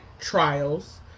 trials